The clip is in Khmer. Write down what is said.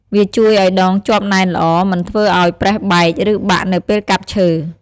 វាជួយឲ្យដងជាប់ណែនល្អ មិនធ្វើឲ្យប្រេះបែក ឬបាក់នៅពេលកាប់ឈើ ។